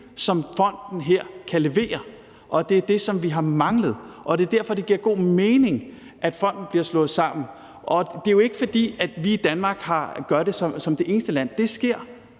som fonden her kan levere, og det er det, som vi har manglet. Og det er derfor, at det giver god mening, at fondene bliver slået sammen til én. Det er jo ikke, fordi vi i Danmark gør det som det eneste land; det sker